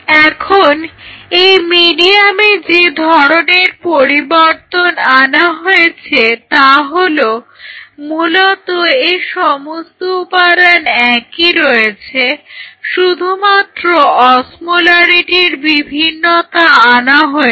এখন এই মিডিয়ামে যে ধরনের পরিবর্তন আনা হয়েছে তা হলো মূলত এর সমস্ত উপাদান একই রয়েছে শুধুমাত্র অসমোলারিটির বিভিন্নতা আনা হয়েছে